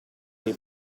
dei